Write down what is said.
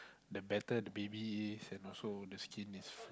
the better the baby is and also the skin is